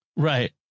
Right